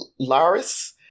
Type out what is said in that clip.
Laris